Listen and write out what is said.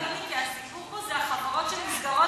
כי הסיפור פה זה החברות שנסגרות,